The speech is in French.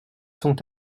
sont